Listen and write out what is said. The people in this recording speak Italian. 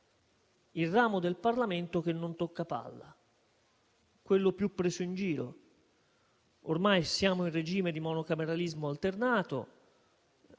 il ramo del Parlamento che non tocca palla, quello più preso in giro. Ormai siamo in regime di monocameralismo alternato: